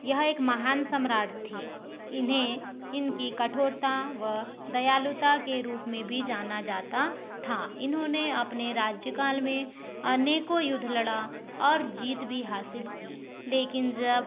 यह एक महान सम्राट थे इन्हें इनकी कठोरता वह दयालुता के रूप में भी जाना जाता था इन्होंने अपने राज्यकाल में अनेकों युद्ध लड़ा और जीत भी हासिल की लेकिन जब